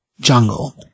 jungle